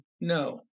no